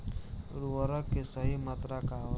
उर्वरक के सही मात्रा का होला?